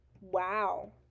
wow